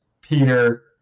Peter